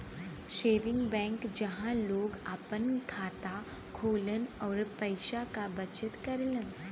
saving bank जहां लोग आपन खाता खोलन आउर पैसा क बचत करलन